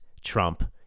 Trump